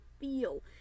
feel